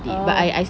oh